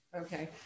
Okay